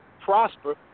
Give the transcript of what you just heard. prosper